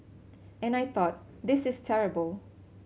and I thought this is terrible